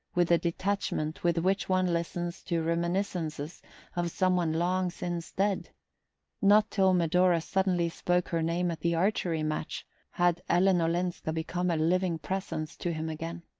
with the detachment with which one listens to reminiscences of some one long since dead not till medora suddenly spoke her name at the archery match had ellen olenska become a living presence to him again.